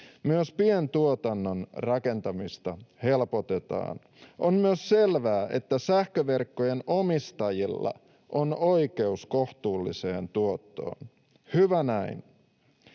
Myös pientuotannon rakentamista helpotetaan. On myös selvää, että sähköverkkojen omistajilla on oikeus kohtuulliseen tuottoon — hyvä näin.